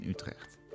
Utrecht